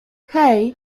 hej